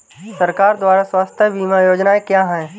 सरकार द्वारा स्वास्थ्य बीमा योजनाएं क्या हैं?